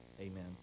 amen